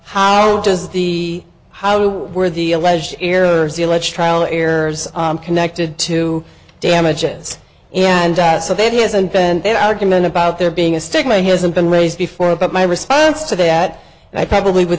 does the how were the alleged errors the alleged trial errors connected to damages and so there hasn't been an argument about there being a stigma hasn't been raised before about my response to that and i probably would